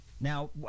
now